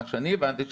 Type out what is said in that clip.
ממה שאני הבנתי,